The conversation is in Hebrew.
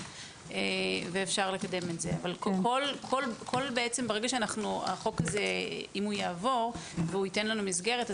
ואפשר לקדם את זה אבל אם החוק הזה יעבור וייתן לנו מסגרת,